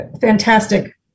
fantastic